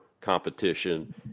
competition